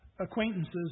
acquaintances